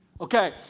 Okay